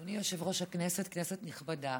אדוני היושב-ראש, כנסת נכבדה,